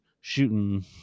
shooting